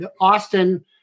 Austin